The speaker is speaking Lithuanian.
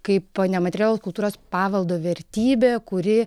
kaipo nematerialaus kultūros paveldo vertybė kuri